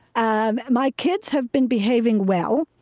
um my kids have been behaving well,